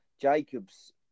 Jacobs